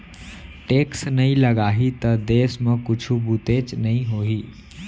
tax नइ लगाही त देस म कुछु बुतेच नइ होही